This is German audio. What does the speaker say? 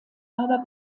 aber